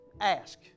ask